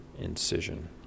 incision